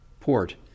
port